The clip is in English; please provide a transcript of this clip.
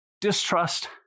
Distrust